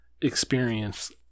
experience